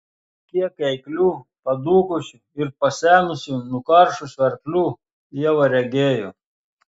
kiek eiklių padūkusių ir pasenusių nukaršusių arklių ieva regėjo